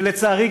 ולצערי,